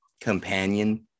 companion